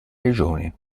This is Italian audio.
regione